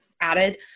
added